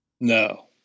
No